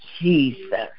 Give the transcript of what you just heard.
Jesus